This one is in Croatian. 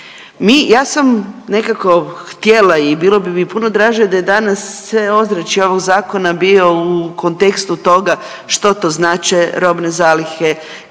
ja sam nekako htjela i bilo bi puno draže da je danas sve ozračje ovog zakona bio u kontekstu toga što to znače robne zalihe,